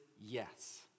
yes